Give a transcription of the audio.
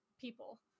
people